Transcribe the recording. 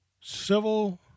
civil